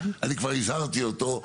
אני כבר הזהרתי אותו,